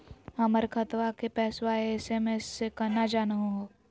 हमर खतवा के पैसवा एस.एम.एस स केना जानहु हो?